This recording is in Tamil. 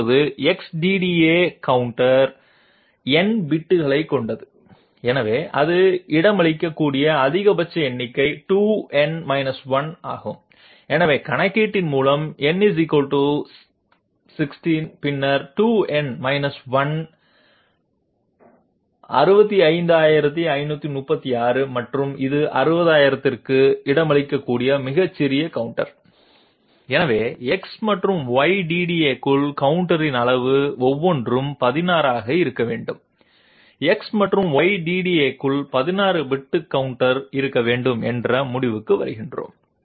இப்போது X DDA கவுண்டர் n பிட்களைக் கொண்டது எனவே அது இடமளிக்கக்கூடிய அதிகபட்ச எண்ணிக்கை 2n 1 ஆகும் எனவே கணக்கீட்டின் மூலம் n 16 பின்னர் 2n 1 65536 மற்றும் இது 60000 க்கு இடமளிக்கக்கூடிய மிகச்சிறிய கவுண்டர் எனவே x மற்றும் Y DDA க்குள் கவுண்டரின் அளவு ஒவ்வொன்றும் 16 ஆக இருக்க வேண்டும் x மற்றும் y DDA க்குள் 16 பிட் கவுண்டர் இருக்க வேண்டும் என்ற முடிவுக்கு வருகிறோம்